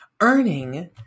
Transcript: Earning